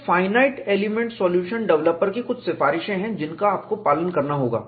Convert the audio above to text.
तो finite element solution developer की कुछ सिफारिशें हैं जिनका आपको पालन करना होगा